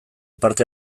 parte